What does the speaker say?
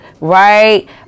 right